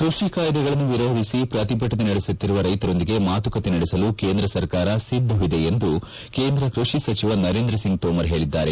ಕೃಷಿ ಕಾಯ್ದೆಗಳನ್ನು ವಿರೋಧಿಸಿ ಪ್ರತಿಭಟನೆ ನಡೆಸುತ್ತಿರುವ ರೈಶರೊಂದಿಗೆ ಮಾತುಕತೆ ನಡೆಸಲು ಕೇಂದ್ರ ಸರ್ಕಾರ ಸಿದ್ದವಿದೆ ಎಂದು ಕೇಂದ್ರ ಕೃಷಿ ಸಚಿವ ನರೇಂದ್ರ ಸಿಂಗ್ ತೋಮರ್ ಹೇಳಿದ್ದಾರೆ